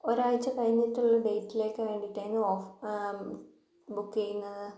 ഒരാഴ്ച്ച കഴിഞ്ഞിട്ടുള്ള ഡേറ്റിലേക്ക് വേണ്ടിയിട്ടായിരുന്നു ആ ബുക്ക് ചെയ്യുന്നത്